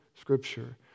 Scripture